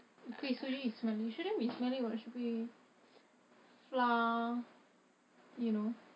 kuih suji is smelly shouldn't be smelly what should be flour you know